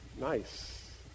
nice